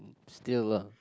still lah